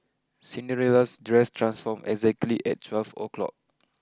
Cinderella's dress transformed exactly at twelve o' clock